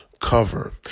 cover